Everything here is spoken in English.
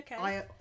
okay